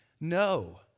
No